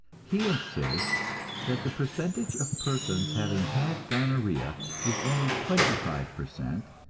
he insists that the percentage of persons having had gonorrhea is only twenty-five per cent,